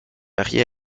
marié